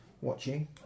watching